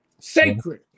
sacred